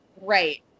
right